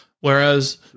Whereas